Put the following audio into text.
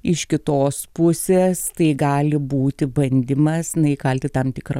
iš kitos pusės tai gali būti bandymas na įkalti tam tikrą